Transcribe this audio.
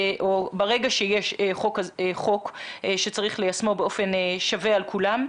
שיש חוק שצריך ליישמו באופן שווה על כולם.